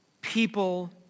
people